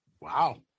Wow